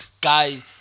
guy